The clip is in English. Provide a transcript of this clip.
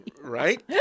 right